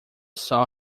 saw